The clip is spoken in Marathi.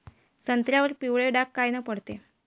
संत्र्यावर पिवळे डाग कायनं पडते?